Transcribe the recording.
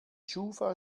schufa